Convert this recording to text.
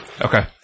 Okay